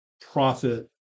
profit